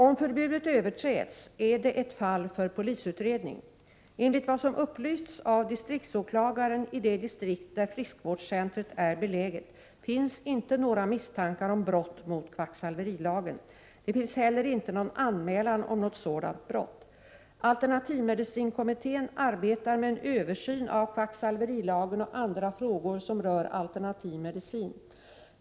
Om förbudet överträds är det ett fall för polisutredning. Enligt vad som upplysts av distriktsåklagaren i det distrikt där friskvårdscentret är beläget finns inte några misstankar om brott mot kvacksalverilagen. Det finns heller inte någon anmälan om något sådant brott. Alternativmedicinkommittén arbetar med en översyn av kvacksalverilagen och andra frågor som rör alternativ medicin.